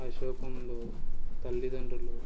ఆ శోకంలో తల్లిదండ్రులు